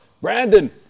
Brandon